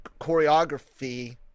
choreography